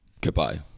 goodbye